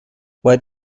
باید